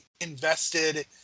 invested